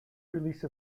release